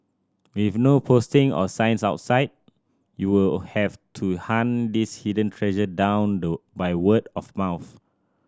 with no posting or signs outside you will have to hunt this hidden treasure down low by word of mouth